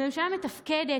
לממשלה ושרים מתפקדים